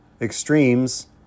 extremes